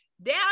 down